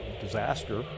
disaster